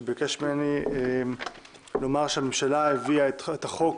שביקש ממני לומר, שהממשלה הביאה את החוק